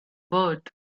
bird